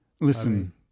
Listen